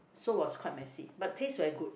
so was quite messy but taste very good